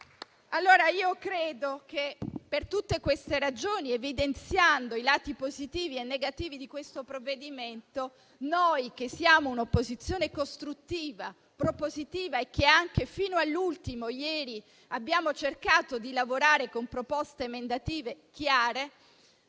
delle due carte. Per tutte queste ragioni, evidenziando i lati positivi e negativi di questo provvedimento, noi che siamo un'opposizione costruttiva, propositiva e che fino all'ultimo ieri abbiamo cercato di lavorare con proposte emendative chiare,